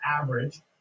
average